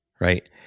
right